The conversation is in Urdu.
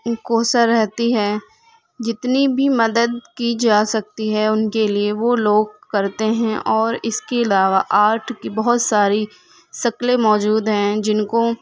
کوشاں رہتی ہیں جتنی بھی مدد کی جا سکتی ہے ان کے لیے وہ لوگ کرتے ہیں اور اس کے علاوہ آرٹ کی بہت ساری شکلیں موجود ہیں جن کو